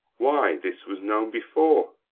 why, this was known before.